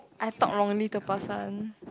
I talk wrongly to person